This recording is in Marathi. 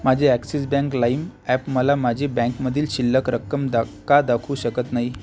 माझे ॲक्सिस बँक लाईम ॲप मला माझी बँकमधील शिल्लक रक्कम दा का दाखवू शकत नाही